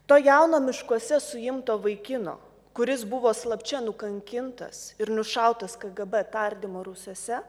to jauno miškuose suimto vaikino kuris buvo slapčia nukankintas ir nušautas kgb tardymo rūsiuose